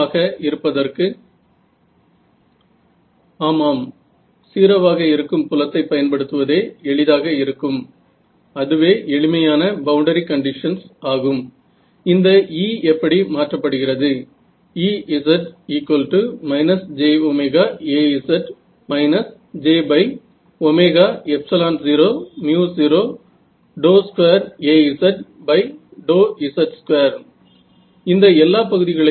तर जर या पद्धतीमध्ये तुम्ही परत जाल इथे x साठी काहीतरी अंदाज व्यक्त करून मी सुरुवात केली नंतर याचा वापर करून u ची गणना केली बरोबर आहे